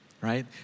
right